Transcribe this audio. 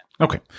Okay